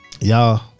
Y'all